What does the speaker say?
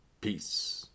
peace